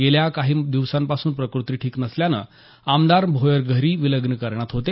गेल्या काही दिवसांपासून प्रकृती ठीक नसल्याने आमदार भोयर घरी विलगीकरणात होते